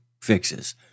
fixes